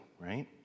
right